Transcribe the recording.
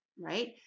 right